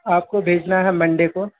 آپ کو بھیجنا ہے منڈے کو